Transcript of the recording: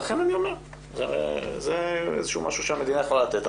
לכן אני אומר שזה משהו שהמדינה יכולה לתת.